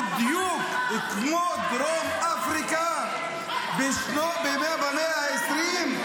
--- בדיוק כמו דרום אפריקה במאה ה-20,